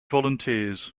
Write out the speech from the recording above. volunteers